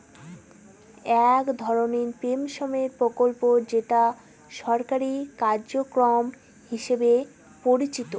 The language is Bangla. এক ধরনের পেনশনের প্রকল্প যেটা সরকারি কার্যক্রম হিসেবে পরিচিত